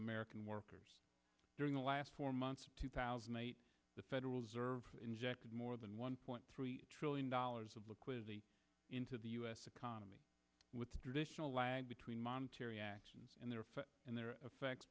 american workers during the last four months of two thousand and eight the federal reserve injected more than one point three trillion dollars of liquidity into the u s economy with the traditional lag between monetary actions and therefore and their effects